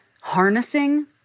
harnessing